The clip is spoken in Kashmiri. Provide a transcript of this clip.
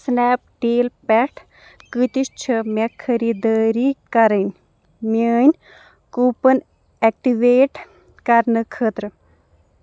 سنیپ ڈیٖل پٮ۪ٹھ کۭتِس چھِ مےٚ خٔردٲری کرٕنۍ میٲنۍ کوپٕن اٮ۪کٹِویٹ کرنہٕ خٲطرٕ